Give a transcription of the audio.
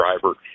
driver